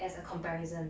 as a comparison